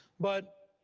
but